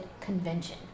convention